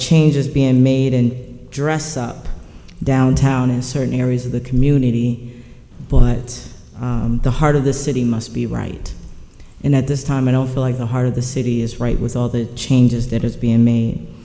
changes being made in dress up downtown in certain areas of the community but it's the heart of the city must be right in that this time i don't feel like the heart of the city is right with all the changes that has been m